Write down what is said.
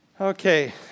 Okay